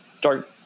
Dark